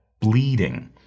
bleeding